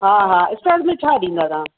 हा हा स्टाटर में छा ॾींदा तव्हां